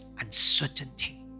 uncertainty